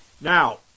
Now